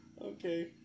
Okay